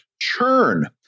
churn